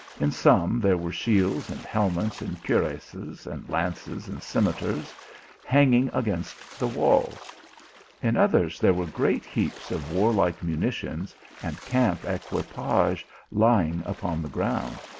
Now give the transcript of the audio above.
in some there were shields, and helmets, and cuirasses, and lances, and scimitars hanging against the walls in others, there were great heaps of warlike munitions and camp equipage lying upon the ground.